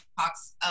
talks